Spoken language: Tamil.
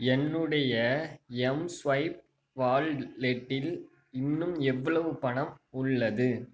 என்னுடைய எம்ஸ்வைப் வால்லெட்டில் இன்னும் எவ்வளவு பணம் உள்ளது